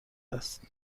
است